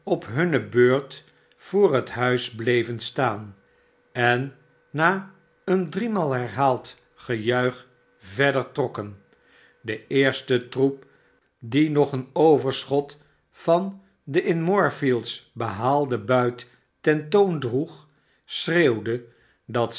op hunne beurt voor het huis bleven staan en na een dnemaal herhaald gejuich verder trokken de eerste troep die nog een overscho van den in moorfields behaalden buit ten toon droeg schreeuwde dat